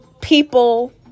people